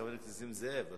חבר הכנסת נסים זאב,